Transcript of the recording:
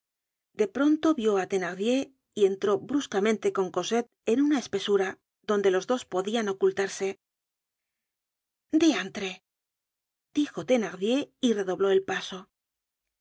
de pronto vió á thenardier y entró bruscamente con cosette en una espesura donde los dos podian ocultarse diantre dijo thenardier y redobló el paso